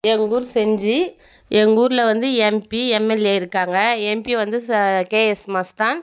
எங்கள் ஊர் செஞ்சி எங்கள் ஊரில் வந்து எம்பி எம்எல்ஏ இருக்காங்க எம்பி வந்து ச கேஎஸ் மஸ்தான்